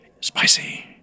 Spicy